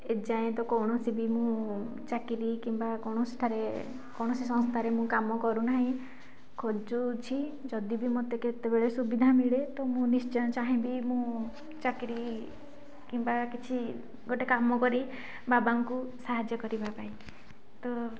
ଏଯାଏଁ ତ କୌଣସି ବି ମୁଁ ଚାକିରି କିମ୍ବା କୌଣସିଠାରେ କୌଣସି ସଂସ୍ଥାରେ ମୁଁ କାମ କରୁନାହିଁ ଖୋଜୁଛି ଯଦି ବି ମୋତେ କେତେବେଳେ ସୁବିଧା ମିଳେ ତ ମୁଁ ନିଶ୍ଚୟ ଚାହିଁବି ମୁଁ ଚାକିରି କିମ୍ବା କିଛି ଗୋଟିଏ କାମ କରି ବାବାଙ୍କୁ ସାହାଯ୍ୟ କରିବା ପାଇଁ ତ